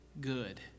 good